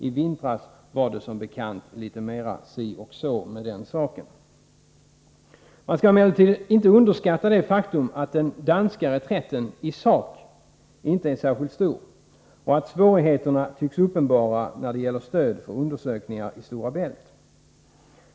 I vintras var det som bekant si och så med den saken. Man skall emellertid inte underskatta det faktum att den danska reträtten i sak inte är särskilt stor och att svårigheterna tycks uppenbara när det gäller stöd för undersökningar i Stora Bält.